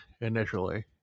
initially